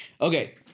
Okay